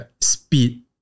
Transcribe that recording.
speed